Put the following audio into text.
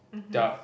there are